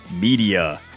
media